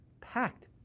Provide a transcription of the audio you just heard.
packed